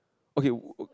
okay